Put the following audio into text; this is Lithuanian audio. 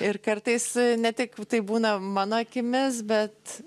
ir kartais ne tik tai būna mano akimis bet